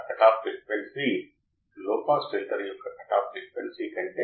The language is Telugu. కాబట్టి ప్రతికూల ఫీడ్బ్యాక్ చెడ్డది మరియు సానుకూల ఫీడ్బ్యాక్ మంచిది అనిపిస్తుంది సరే